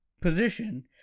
position